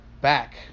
back